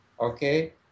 okay